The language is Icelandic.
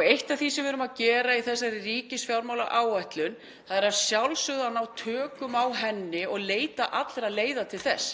Eitt af því sem við erum að gera í þessari ríkisfjármálaáætlun er að sjálfsögðu að ná tökum á henni og leita allra leiða til þess.